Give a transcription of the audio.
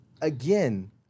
again